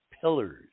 pillars